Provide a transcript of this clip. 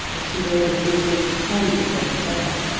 as she laid a solicitous hand upon his arm.